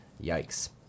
Yikes